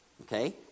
okay